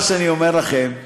מה שאני אומר לכם,